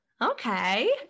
Okay